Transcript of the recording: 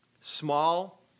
small